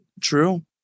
True